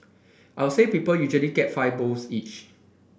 I'll say people usually get five bowls each